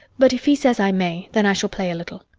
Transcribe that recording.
but if he says i may, then i shall play a little.